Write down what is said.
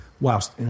whilst